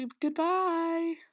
goodbye